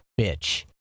bitch